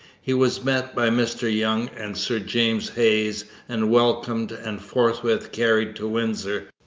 he was met by mr young and sir james hayes and welcomed and forthwith carried to windsor,